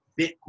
bitcoin